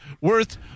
worth